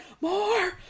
more